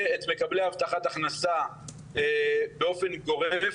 ואת מקבלי הבטחת הכנסה באופן גורף,